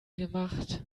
gemacht